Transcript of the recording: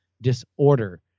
disorder